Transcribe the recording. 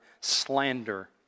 slander